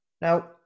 Now